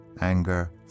anger